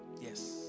yes